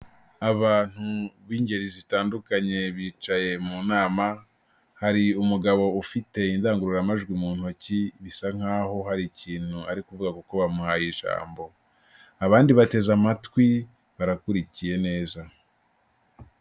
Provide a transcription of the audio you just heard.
Abantu b'ingeri zitandukanye bicaye mu nama, hari umugabo ufite indangururamajwi mu ntoki, bisa nkaho hari ikintu ari kuvuga kuko bamuhaye ijambo, abandi bateze amatwi barakurikiye neza.